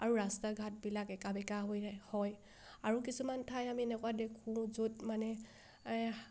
আৰু ৰাস্তা ঘাটবিলাক একা বেকা হৈ হয় আৰু কিছুমান ঠাই আমি এনেকুৱা দেখোঁ য'ত মানে